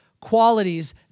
qualities